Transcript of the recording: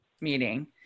meeting